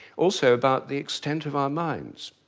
also about the extent of our minds.